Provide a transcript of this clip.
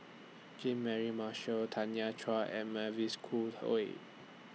Jean Mary Marshall Tanya Chua and Mavis Khoo Oei